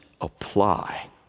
apply